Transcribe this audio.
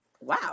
Wow